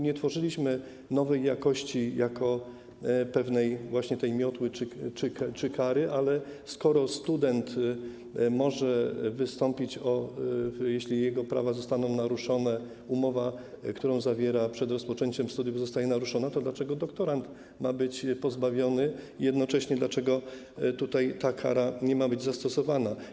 Nie tworzyliśmy tu nowej jakości jako pewnej właśnie miotły czy kary, ale skoro student może wystąpić, jeśli jego prawa zostaną naruszone, umowa, którą zawiera przed rozpoczęciem studiów, zostanie naruszona, to dlaczego doktorant ma być tego pozbawiony i jednocześnie dlaczego ta kara nie ma być zastosowana?